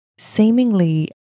Seemingly